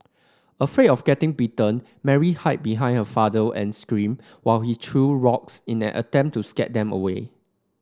afraid of getting bitten Mary hide behind her father and screamed while he threw rocks in an attempt to scare them away